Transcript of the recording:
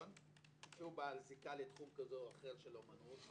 שהוא בעל זיקה לתחום כזה או אחר של אומנות.